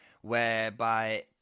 whereby